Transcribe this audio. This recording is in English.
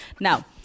Now